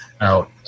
out